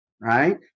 right